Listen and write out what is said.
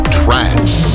trance